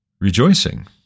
rejoicing